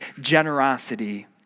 generosity